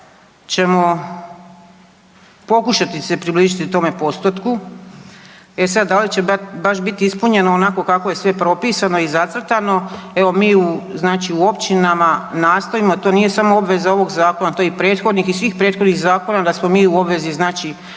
da ćemo pokušati se približiti tome postotku, e sad da li će baš biti ispunjeno onako kako je sve propisano i zacrtano, evo mi znači u općinama nastojimo to nije samo obveza ovog zakona to je i prethodnih i svih prethodnih zakona da smo mi u obvezi znači